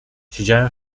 siedziałem